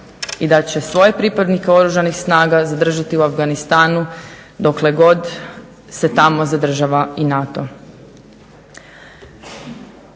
i da će svoje pripadnike Oružanih snaga zadržati u Afganistanu dokle god se tamo zadržava i NATO.